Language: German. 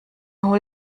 hol